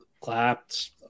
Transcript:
clapped